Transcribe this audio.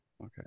Okay